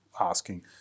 asking